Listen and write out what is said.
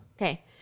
Okay